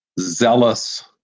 zealous